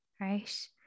right